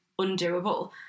undoable